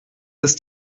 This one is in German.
ist